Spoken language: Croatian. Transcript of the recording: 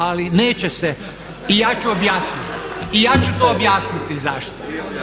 Ali neće se … [[Upadica se ne čuje.]] i ja ću objasniti, i ja ću to objasniti zašto.